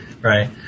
right